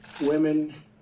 women